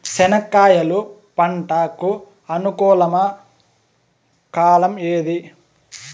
చెనక్కాయలు పంట కు అనుకూలమా కాలం ఏది?